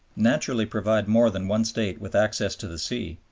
naturally provide more than one state with access to the sea,